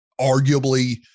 arguably